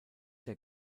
der